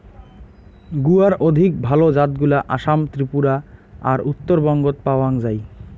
গুয়ার অধিক ভাল জাতগুলা আসাম, ত্রিপুরা আর উত্তরবঙ্গত পাওয়াং যাই